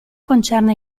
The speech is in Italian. concerne